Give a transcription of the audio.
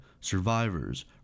survivors